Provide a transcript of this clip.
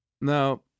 Now